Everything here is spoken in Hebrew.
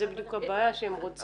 זו בדיוק הבעיה שהם רוצים.